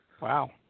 Wow